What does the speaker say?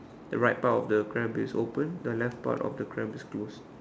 the right part of the crab is open the left part of the crab is closed